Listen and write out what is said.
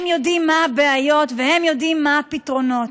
הם יודעים מה הבעיות והם יודעים מה הפתרונות.